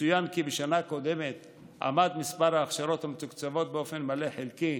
יצוין כי בשנה הקודמת עמד מספר ההכשרות המתוקצבות באופן מלא או חלקי